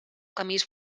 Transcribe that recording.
camins